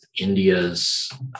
India's